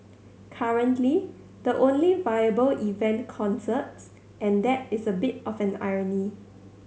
currently the only viable event concerts and that is a bit of an irony